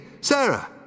Sarah